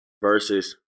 versus